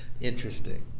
interesting